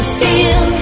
feel